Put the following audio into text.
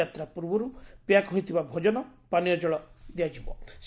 ଯାତ୍ରୀ ପୂର୍ବରୁ ପ୍ୟାକ୍ ହୋଇଥିବା ଭୋଜନ ପାନୀୟ ଜଳ କିଶିପାରିବେ